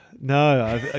No